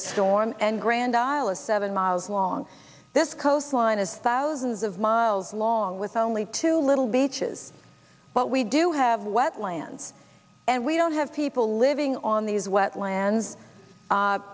the storm and grand isle is seven miles long this coastline is thousands of miles long with only two little beaches but we do have wetlands and we don't have people living on these wetlands